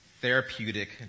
therapeutic